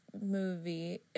movie